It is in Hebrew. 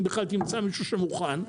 אם בכלל תמצא מישהו שמוכן,